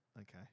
Okay